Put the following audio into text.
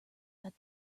that